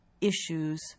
issues